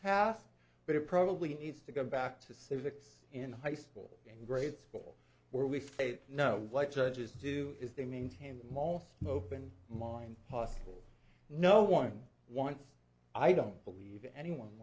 task but it probably needs to go back to civics in high school and grade school where we say no like judges do is they maintain mall smoke than mine possible no one wants i don't believe anyone